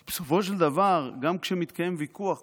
כי בסופו של דבר גם כשמתקיים ויכוח בוועדה,